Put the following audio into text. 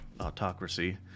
autocracy